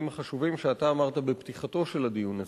החשובים שאתה אמרת בפתיחתו של הדיון הזה.